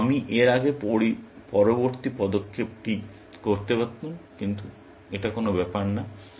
সুতরাং আমি এর আগে পরবর্তী পদক্ষেপটি করতে পারতাম কিন্তু এটা কোন ব্যাপার না